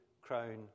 crown